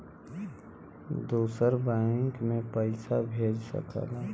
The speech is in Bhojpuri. दूसर बैंक मे पइसा भेज सकला